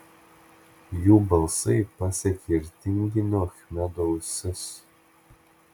jų balsai pasiekė ir tinginio achmedo ausis